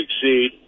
succeed